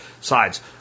sides